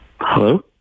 Hello